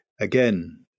Again